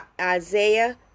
Isaiah